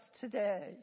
today